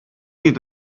need